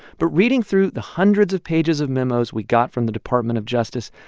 but reading through the hundreds of pages of memos we got from the department of justice,